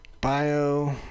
bio